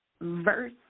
verse